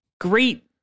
great